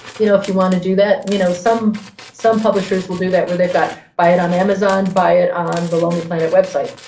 you know if you want to do that, you know some some publishers will do that where they've got, buy it on amazon, buy it on the but lonely planet website.